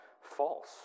false